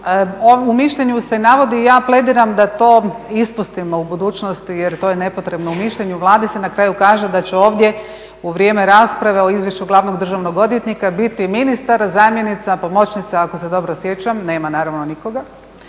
U mišljenju se navodi, ja plediram da to ispustimo u budućnosti jer to je nepotrebno, u mišljenju Vlade se na kraju kaže da će ovdje u vrijeme rasprave o izvješću glavnog državnog odvjetnika biti ministar, zamjenica, pomoćnica, ako se dobro sjećam, nema naravno nikoga